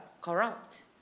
corrupt